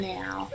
now